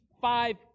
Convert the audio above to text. five